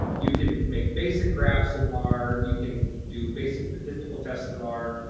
you can make basic graphs in r, you can do basic statistical tests in r,